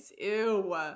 Ew